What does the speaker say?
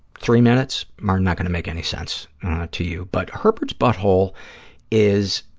three minutes are not going to make any sense to you, but herbert's butthole is,